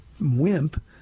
wimp